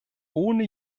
ohne